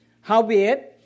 Howbeit